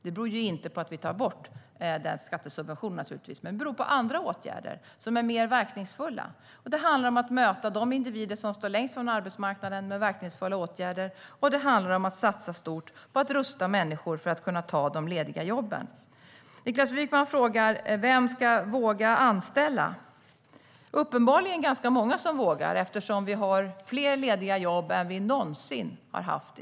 Det beror naturligtvis inte på att vi tar bort den skattesubventionen, men det beror på andra åtgärder som är mer verkningsfulla. Det handlar om att möta de individer som står längst från arbetsmarknaden med verkningsfulla åtgärder, och det handlar om att satsa stort på att rusta människor för att de ska kunna ta de lediga jobben. Niklas Wykman frågar vem som ska våga anställa. Uppenbarligen är det ganska många som vågar, eftersom vi just nu har fler lediga jobb i Sverige än vi någonsin har haft.